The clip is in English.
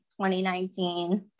2019